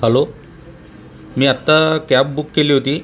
hello मी आत्ता cab book केली होती